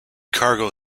cargo